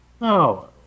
No